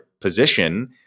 position